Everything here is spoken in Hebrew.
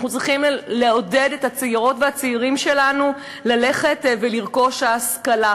אנחנו צריכים לעודד את הצעירות והצעירים שלנו ללכת ולרכוש השכלה.